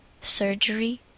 surgery